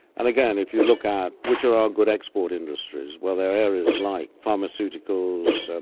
and again, if you look at which are our good export industries. well, they are areas like pharmaceuticals,